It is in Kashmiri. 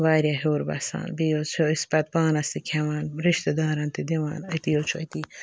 واریاہ ہِیوٚر بَسان بیٚیہِ حٕظ چھِ أسۍ پَتہٕ پانَس تہِ کھٮ۪وان رِستہٕ دارَن تہِ دِوان أتی حٕظ چھِ أتی